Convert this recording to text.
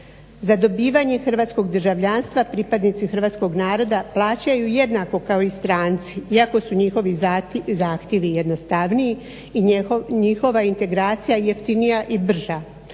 Za dobivanje hrvatskog državljanstva pripadnici hrvatskog naroda plaćaju jednako kao i stranci iako su njihovi zahtjevi jednostavniji i njihova integracija jeftinija i brža